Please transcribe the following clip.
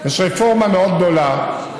יש רפורמה מאוד גדולה,